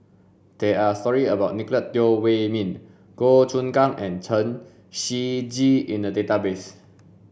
there are stories about Nicolette Teo Wei min Goh Choon Kang and Chen Shiji in the database